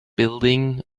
building